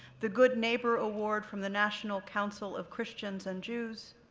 the good neighbor award from the national council of christians and jews,